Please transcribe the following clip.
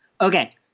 Okay